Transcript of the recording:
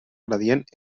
gradient